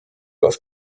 auf